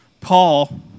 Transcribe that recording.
Paul